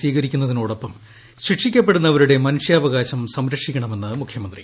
സ്വീകരിക്കുന്നതിനോടൊപ്പം ശിക്ഷിക്കപ്പെടുന്നവരുടെ മനുഷ്യാവകാശം സംരക്ഷിക്കണളുമന്ന് മുഖ്യമന്ത്രി